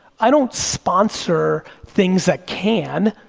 i don't sponsor things that can,